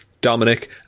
Dominic